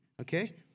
okay